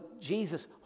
Jesus